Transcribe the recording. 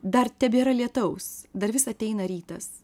dar tebėra lietaus dar vis ateina rytas